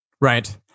Right